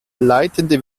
leitende